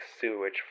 sewage